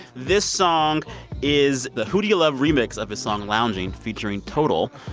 this song is the who do ya luv remix of his song loungin, featuring total.